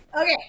okay